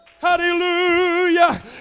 Hallelujah